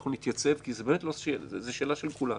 אנחנו נתייצב כי זאת שאלה של כולנו.